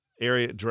Area